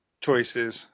choices